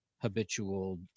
Habitual